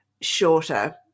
shorter